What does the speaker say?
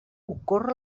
ocorre